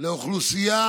לאוכלוסייה